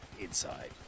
Inside